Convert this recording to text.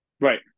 Right